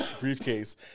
briefcase